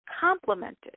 complemented